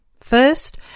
First